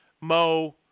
Mo